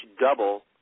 double